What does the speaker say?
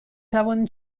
توانید